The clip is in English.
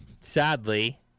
sadly